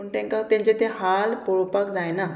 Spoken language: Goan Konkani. पूण तांकां तेंचे ते हाल पळोवपाक जायना